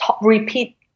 repeat